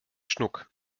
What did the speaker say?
schnuck